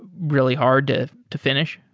really hard to to finish?